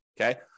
okay